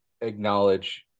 acknowledge